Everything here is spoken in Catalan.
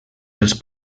dels